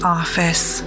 office